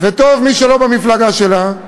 וטוב מי שלא במפלגה שלה,